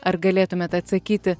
ar galėtumėte atsakyti